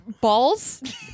balls